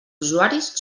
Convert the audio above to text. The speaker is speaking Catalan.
usuaris